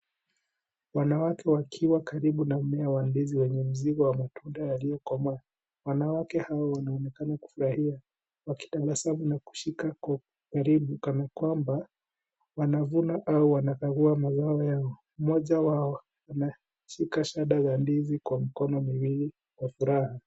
Wanawake wakiwa karibu na mmea wa ndizi wenye mzigo wa matunda yaliyokomaa, wanawake hawa wanaonekana kufurahia, wakitabasamu na kushika kwa karibu kana kwamba, wanavuna au wanakagua mazao yao, mmoja wao anashika shada la ndizi kwa mikono miwili kwa furaha.